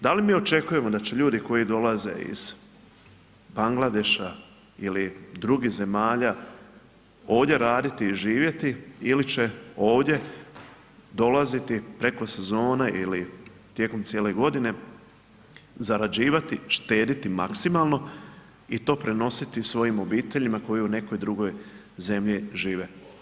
Da li mi očekujemo da će ljudi koji dolaze iz Bangladeša ili drugih zemalja ovdje raditi i živjeti ili će ovdje dolaziti preko sezone ili tijekom cijele godine, zarađivati, štedjeti maksimalno i to prenositi svojim obiteljima koji u nekoj drugoj zemlji žive.